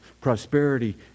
prosperity